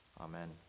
Amen